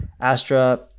Astra